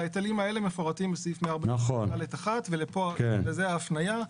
וההיטלים האלה מפורטים בסעיף 145 (ד)(1) וזאת ההפניה.